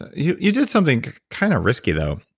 you you did something kind of risky though.